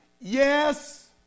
Yes